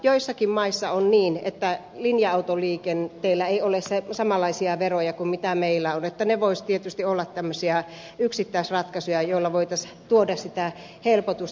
joissakin maissa on niin että linja autoliikenteellä ei ole samanlaisia veroja kuin mitä meillä on että ne voisivat tietysti olla tämmöisiä yksittäisratkaisuja joilla voitaisiin tuoda sitä helpotusta